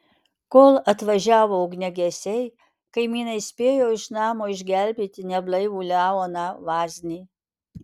kol atvažiavo ugniagesiai kaimynai spėjo iš namo išgelbėti neblaivų leoną vaznį